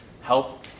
Help